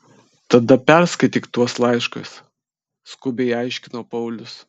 tada perskaityk tuos laiškus skubiai aiškino paulius